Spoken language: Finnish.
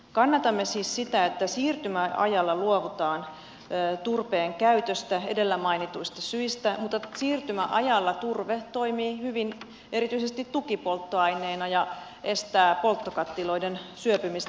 kannatamme siis sitä että siirtymäajalla luovutaan turpeen käytöstä edellä mainituista syistä mutta siirtymäajalla turve toimii hyvin erityisesti tukipolttoaineena ja estää polttokattiloiden syöpymistä ja korroosiota